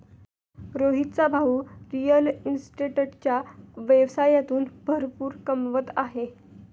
रोहितचा भाऊ रिअल इस्टेटच्या व्यवसायातून भरपूर कमवत आहे